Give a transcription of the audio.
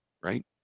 Right